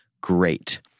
great